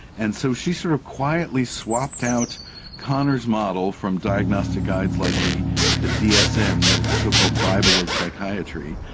and so she sort of quietly swapped out kanner's model from diagnostic guides like the the dsm, the so-called bible of psychiatry,